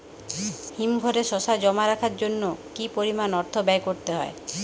হিমঘরে শসা জমা রাখার জন্য কি পরিমাণ অর্থ ব্যয় করতে হয়?